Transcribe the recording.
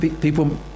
people